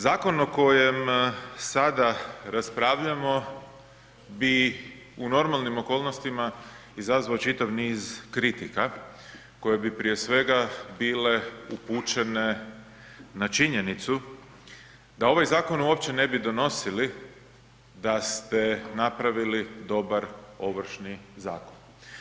Zakon o kojem sada raspravljamo bi u normalnim okolnostima izazvao čitav niz kritika koje bi prije svega bile upućene na činjenicu da ovaj zakon uopće ne bi donosili da ste napravili dobar Ovršni zakon.